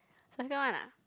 second one ah